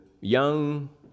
young